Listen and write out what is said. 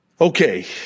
Okay